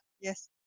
yes